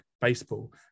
baseball